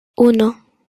uno